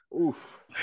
Oof